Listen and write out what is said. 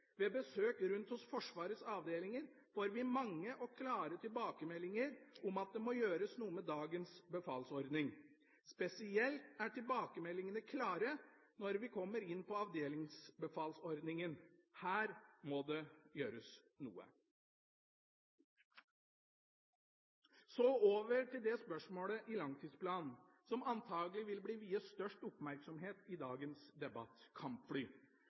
Ved besøk rundt hos Forsvarets avdelinger får vi mange og klare tilbakemeldinger om at det må gjøres noe med dagens befalsordning. Spesielt er tilbakemeldingene klare når vi kommer inn på avdelingsbefalsordningen. Her må det gjøres noe. Så over til det spørsmålet i langtidsplanen som antakelig vil bli viet størst oppmerksomhet i dagens debatt – spørsmålet om kampfly.